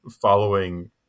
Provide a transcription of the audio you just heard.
following